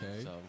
Okay